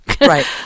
Right